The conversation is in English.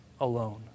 alone